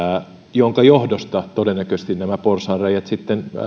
jonka johdosta todennäköisesti nämä porsaanreiät sitten